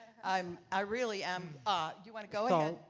um i really am you want to go ahead.